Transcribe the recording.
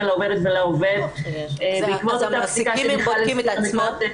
לעובדת ולעובד --- המעסיקים בודקים את עצמם?